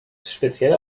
speziell